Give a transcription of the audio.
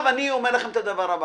אני אומר לכם את הדבר הבא.